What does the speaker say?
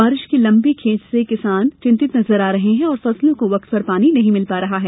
बारिश की लम्बी खेंच से किसान चिंतित नजर आ रहे हैं और फसलों को वक्त पर पानी नहीं मिल पा रहा है